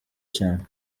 cyane